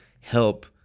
help